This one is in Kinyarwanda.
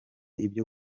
ibyo